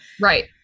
Right